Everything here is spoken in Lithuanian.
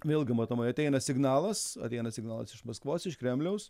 vėlgi matomai ateina signalas ateina signalas iš maskvos iš kremliaus